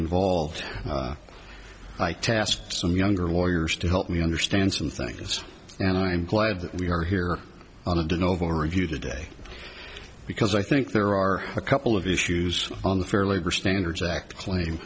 involved i tasked some younger lawyers to help me understand some things and i'm glad that we are here on a do novo review today because i think there are a couple of issues on the fair labor standards act claim